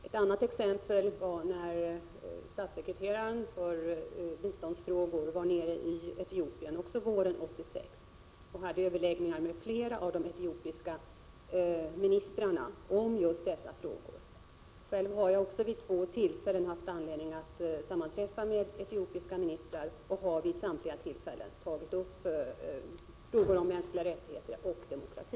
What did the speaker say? Ett annat exempel var när statssekreteraren för biståndsfrågor var i Etiopien, också våren 1986, och hade överläggningar med flera av de etiopiska ministrarna om just dessa frågor. Själv har jag också vid två tillfällen haft anledning att sammanträffa med etiopiska ministrar och har båda gångerna tagit upp frågor om mänskliga rättigheter och demokrati.